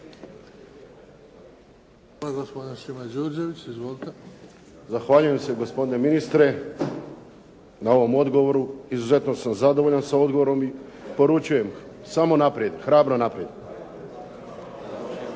Izvolite. **Đurđević, Šimo (HDZ)** Zahvaljujem se gospodine ministre na ovom odgovoru. Izuzetno sam zadovoljan sa odgovorom i poručujem samo naprijed, hrabro naprijed.